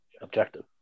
objective